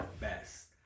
best